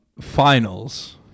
finals